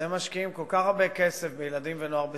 אתם משקיעים כל כך הרבה כסף בילדים ונוער בסיכון,